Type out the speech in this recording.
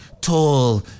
tall